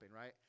right